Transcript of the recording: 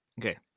okay